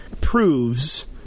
proves